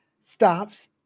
Stops